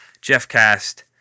Jeffcast